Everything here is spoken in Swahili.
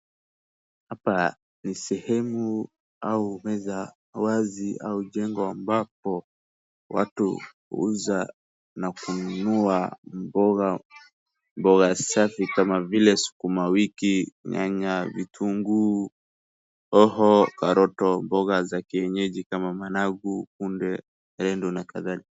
Hapa ni sehemu au meza wazi au jengo ambapo watu huuza na kununua mboga, mboga safi kama vile sukumawiki, nyanya, vitunguu, hoho, karoto, mboga za kienyeji kama managu, kunde, endo na kadhalika.